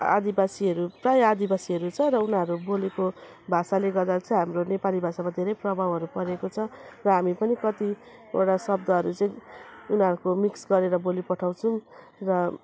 आदिवासीहरू प्रायः आदिवासीहरू छ उनीहरू बोलेको भाषाले गर्दा चाहिँ हाम्रो नेपाली भाषामा धेरै प्रभावहरू परेको छ र हामी पनि कतिवटा शब्दहरू चाहिँ उनीहरूको मिक्स गरेर बोलिपठाउँछौँ र